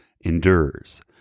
Endures